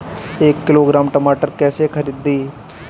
एक किलोग्राम टमाटर कैसे खरदी?